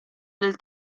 del